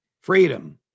freedom